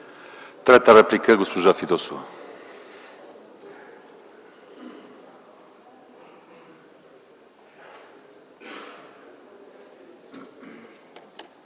трета реплика – госпожа Фидосова.